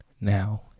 now